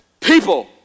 people